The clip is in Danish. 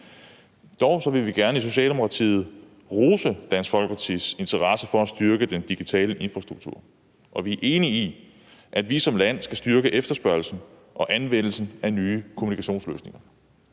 Dog vil vi gerne i Socialdemokratiet rose Dansk Folkepartis interesse for at styrke den digitale infrastruktur, og vi er enige i, at vi som land skal styrke efterspørgslen og anvendelsen af nye kommunikationsløsninger.